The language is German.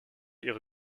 ihre